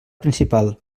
principal